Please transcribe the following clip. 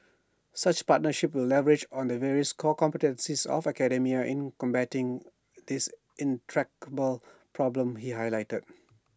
such partnerships will leverage on the various core competencies of academia in combating this intractable problem he highlighted